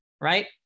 right